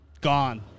gone